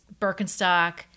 Birkenstock